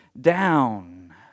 down